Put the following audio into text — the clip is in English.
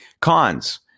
Cons